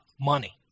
money